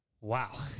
Wow